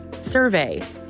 survey